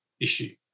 issue